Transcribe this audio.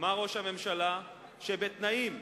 אמר ראש הממשלה שבתנאים,